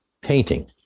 painting